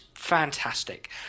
fantastic